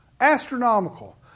astronomical